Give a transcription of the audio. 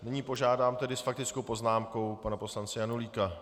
Nyní požádám s faktickou poznámkou pana poslance Janulíka.